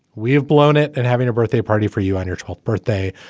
we've blown it. and having a birthday party for you on your twelfth birthday.